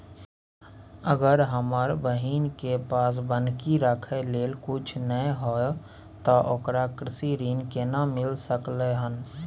अगर हमर बहिन के पास बन्हकी रखय लेल कुछ नय हय त ओकरा कृषि ऋण केना मिल सकलय हन?